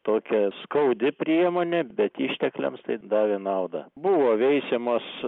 tokia skaudi priemonė bet ištekliams tai davė naudą buvo veisiamos